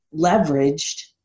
leveraged